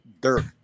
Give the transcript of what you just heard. dirt